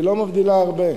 היא לא מבדילה הרבה.